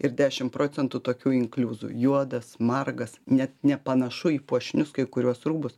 ir dešim procentų tokių inkliuzų juodas margas net nepanašu į puošnius kai kuriuos rūbus